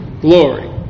glory